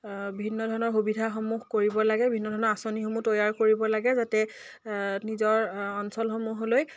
ভিন্ন ধৰণৰ সুবিধাসমূহ কৰিব লাগে ভিন্ন ধৰণৰ আঁচনিসমূহ তৈয়াৰ কৰিব লাগে যাতে নিজৰ অঞ্চলসমূহলৈ